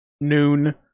noon